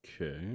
Okay